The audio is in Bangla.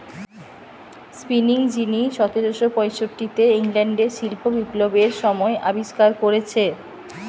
স্পিনিং যিনি সতেরশ পয়ষট্টিতে ইংল্যান্ডে শিল্প বিপ্লবের সময় আবিষ্কার কোরেছে